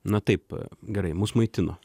na taip gerai mus maitino